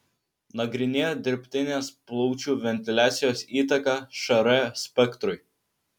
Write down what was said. nagrinėjo dirbtinės plaučių ventiliacijos įtaką šr spektrui